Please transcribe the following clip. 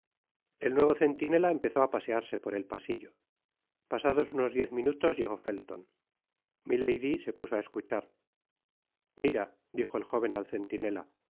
el nuevo centinela empezó á pasearse por el pasillo pasados unos diez minutos llegó felton milady se puso á escuchar mira dijo el jóven al centinela